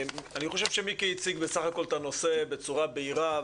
אני חושב שמיקי הציג בסך הכול את הנושא בצורה בהירה,